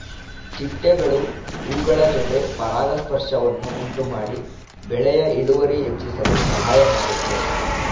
ಚಿಟ್ಟೆಗಳು ಹೂಗಳ ಜೊತೆ ಪರಾಗಸ್ಪರ್ಶವನ್ನು ಉಂಟುಮಾಡಿ ಬೆಳೆಯ ಇಳುವರಿ ಹೆಚ್ಚಿಸಲು ಸಹಾಯ ಮಾಡುತ್ತೆ